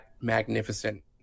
magnificent